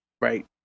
right